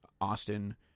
Austin